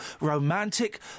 romantic